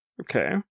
Okay